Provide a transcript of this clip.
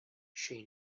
she